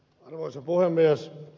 arvoisa puhemies